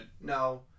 No